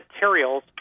materials